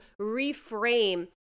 reframe